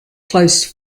close